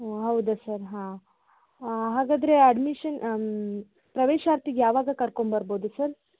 ಹ್ಞೂ ಹೌದಾ ಸರ್ ಹಾಂ ಹಾಗಾದರೆ ಅಡ್ಮಿಶನ್ ಪ್ರವೇಶಾತಿಗೆ ಯಾವಾಗ ಕರ್ಕೊಂಡ್ಬರ್ಬೋದು ಸರ್